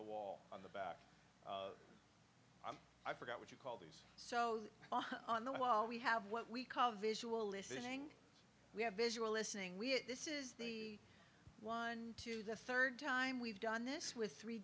the wall on the back i forgot what you call these so on the wall we have what we call visual listening we have visual listening we this is the one to the third time we've done this with three